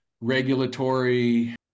regulatory